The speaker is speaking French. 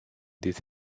des